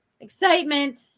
Excitement